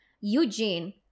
Eugene